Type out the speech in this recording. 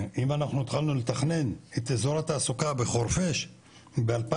אם אנחנו התחלנו לתכנן את אזור התעסוקה בחורפיש ב-2015-16-17